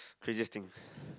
craziest thing